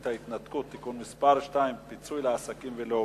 ההתנתקות (תיקון מס' 2) (פיצוי לעסקים ולעובדים),